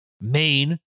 main